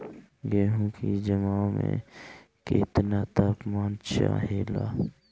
गेहू की जमाव में केतना तापमान चाहेला?